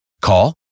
Call